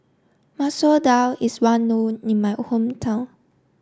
Masoor Dal is well known in my hometown